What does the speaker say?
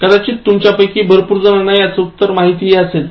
कदाचित तुमच्यापैकी भरपूरजणांना याच उत्तर माहिती असेल